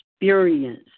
experience